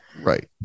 Right